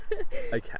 Okay